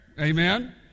Amen